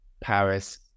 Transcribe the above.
Paris